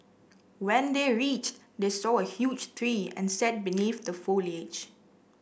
when they reached they saw a huge tree and sat beneath the foliage